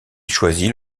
choisit